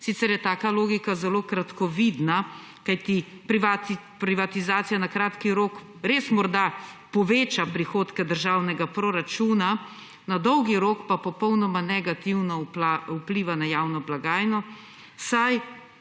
Sicer je taka logika zelo kratkovidna, kajti privatizacija na kratki rok res morda poveča prihodke državnega proračuna, na dolgi rok pa popolnoma negativno vpliva na javno blagajno, saj